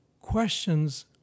questions